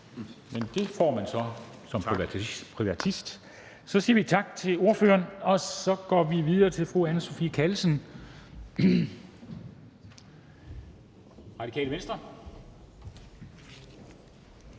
Christian Juhl så om lidt. Så siger vi tak til ordføreren og går videre til fru Anne Sophie Callesen, Radikale Venstre.